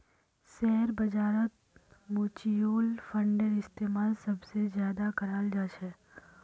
share बाजारत मुच्युल फंडेर इस्तेमाल सबसे ज्यादा कराल जा छे